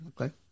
Okay